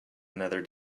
another